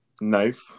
knife